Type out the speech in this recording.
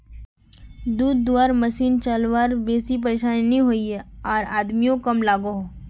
दूध धुआर मसिन चलवात बेसी परेशानी नि होइयेह आर आदमियों कम लागोहो